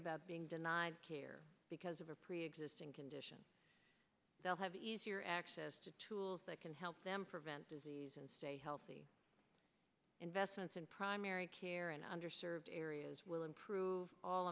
about being denied care because of a preexisting condition they'll have easier access to tools that can help them prevent disease and stay healthy investments in primary care and under served areas will improve all